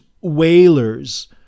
whalers